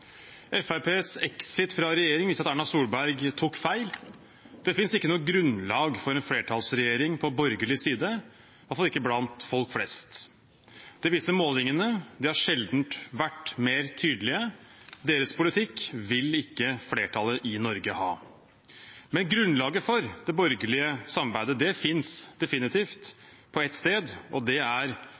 exit fra regjeringen viser at Erna Solberg tok feil. Det finnes ikke noe grunnlag for en flertallsregjering på borgerlig side, i alle fall ikke blant folk flest. Det viser målingene, de har sjelden vært mer tydelige – deres politikk vil ikke flertallet i Norge ha. Grunnlaget for det borgerlige samarbeidet finnes definitivt på ett sted, og det er